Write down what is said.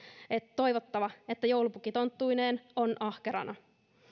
toivottava että joulupukki tonttuineen on ahkerana